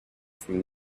from